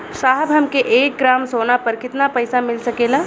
साहब हमके एक ग्रामसोना पर कितना पइसा मिल सकेला?